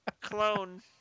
clone